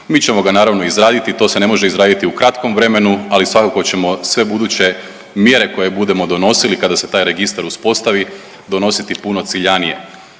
Mi ćemo ga naravno izraditi, to se ne može izraditi u kratkom vremenu, ali svakako ćemo sve buduće mjere koje budemo donosili kada se taj registar uspostavi donositi puno ciljanije.